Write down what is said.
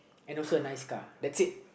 and also a nice car that's it